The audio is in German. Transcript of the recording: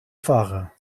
fahrer